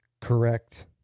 Correct